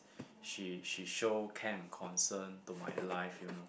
she she show care and concern to my life you know